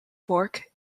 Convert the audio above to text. fork